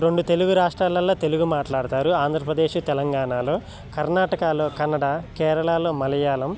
రెండు తెలుగు రాష్ట్రాలల్లో తెలుగు మాట్లాడుతారు ఆంధ్రప్రదేశ్ తెలంగాణలో కర్ణాటకాలో కన్నడ కేరళాలో మలయాళం